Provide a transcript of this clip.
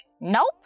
Nope